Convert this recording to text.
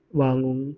wangun